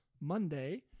Monday